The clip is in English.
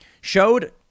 showed